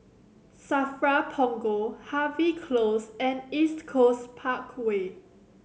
SAFRA Punggol Harvey Close and East Coast Parkway